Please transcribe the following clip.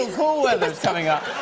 ah cool weather is coming up.